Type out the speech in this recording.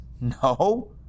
No